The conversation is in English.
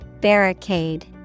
Barricade